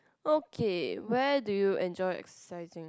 okay where do you enjoy exercising